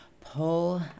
pull